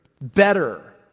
better